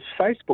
Facebook